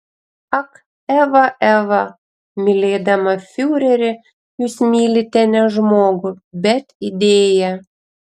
ak eva eva mylėdama fiurerį jūs mylite ne žmogų bet idėją